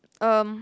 um